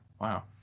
Wow